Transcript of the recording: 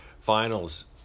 Finals